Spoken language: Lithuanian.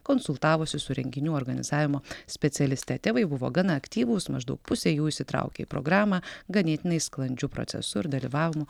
konsultavosi su renginių organizavimo specialiste tėvai buvo gana aktyvūs maždaug pusė jų įsitraukė į programą ganėtinai sklandžiu procesu ir dalyvavimu